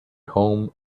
home